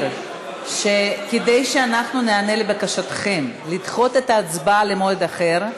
שכדי שאנחנו ניענה לבקשתכם לדחות את ההצבעה למועד אחר,